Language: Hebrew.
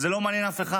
זה לא מעניין אף אחד,